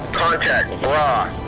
contact bra